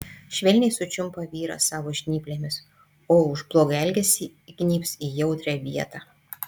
švelniai sučiumpa vyrą savo žnyplėmis o už blogą elgesį įgnybs į jautrią vietą